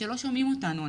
שלא שומעים אותנו הנפגעים,